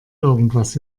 irgendwas